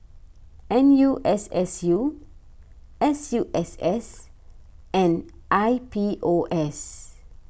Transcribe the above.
N U S S U S U S S and I P O S